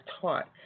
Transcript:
taught